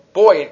boy